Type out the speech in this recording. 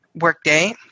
Workday